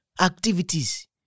activities